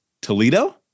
Toledo